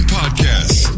podcast